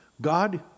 God